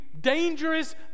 dangerous